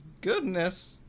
goodness